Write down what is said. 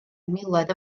miloedd